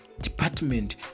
department